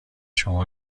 شما